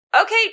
Okay